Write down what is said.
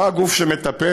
מה הגוף שמטפל?